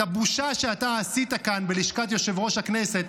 את הבושה שאתה עשית כאן בלשכת יושב-ראש הכנסת,